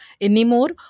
anymore